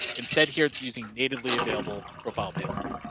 instead here it's using natively available profile payloads.